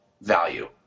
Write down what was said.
value